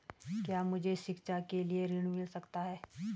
क्या मुझे शिक्षा के लिए ऋण मिल सकता है?